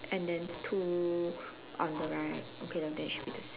and then two on the right okay lah then it should be same